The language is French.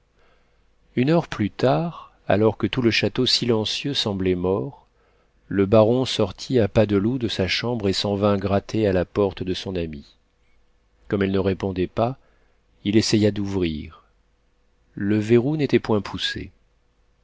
une heure plus tard alors que tout le château silencieux semblait mort le baron sortit à pas de loup de sa chambre et s'en vint gratter à la porte de son amie comme elle ne répondait pas il essaya d'ouvrir le verrou n'était point poussé